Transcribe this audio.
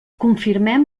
confirmem